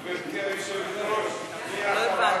גברתי היושבת-ראש, מי אחריו?